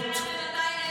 לא, זה מדהים.